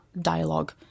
dialogue